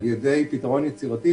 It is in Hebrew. על-ידי פתרון יצירתי,